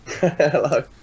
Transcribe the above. Hello